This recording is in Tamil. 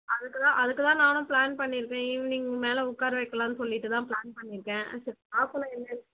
அதுக்குதான் அதுக்குதான் நானும் ப்ளான் பண்ணியிருக்கேன் ஈவினிங் மேலே உட்கார வைக்கலான்னு சொல்லிட்டுதான் ப்ளான் பண்ணியிருக்கேன் ஆ சரி பார்ப்போமே என்னன்னு